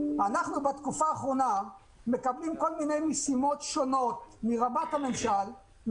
בתקופה האחרונה אנחנו מקבלים משימות שונות מהרגולציה,